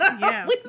Yes